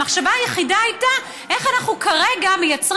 המחשבה היחידה הייתה איך אנחנו כרגע מייצרים